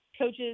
coaches